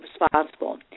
responsible